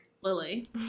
Lily